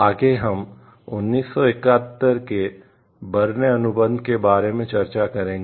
आगे हम 1971 के बर्न अनुबंध के बारे में चर्चा करेंगे